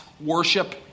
worship